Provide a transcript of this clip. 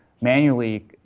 manually